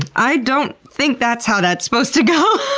i don't think that's how that's supposed to go.